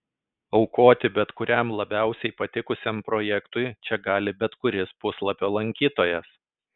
aukoti bet kuriam labiausiai patikusiam projektui čia gali bet kuris puslapio lankytojas